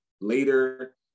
later